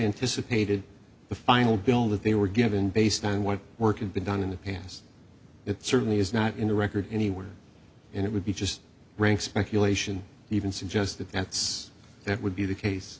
anticipated the final bill that they were given based on what working been done in the past it certainly is not in the record anywhere and it would be just rank speculation even suggest that that's that would be the case